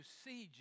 see